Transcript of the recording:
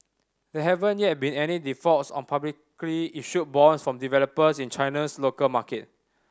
there haven't yet been any defaults on publicly issued bonds from developers in China's local market